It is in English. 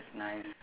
nice